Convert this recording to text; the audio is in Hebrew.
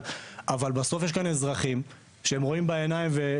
אבל בסוף יש כאן אזרחים שהם רואים בעיניים,